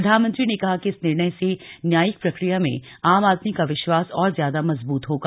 प्रधानमंत्री ने कहा कि इस निर्णय से न्यायिक प्रक्रिया में आम आदमी का विश्वास और ज्यादा मजबूत होगा